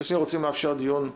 ומצד שני, רוצים לאפשר דיון ענייני,